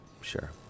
sure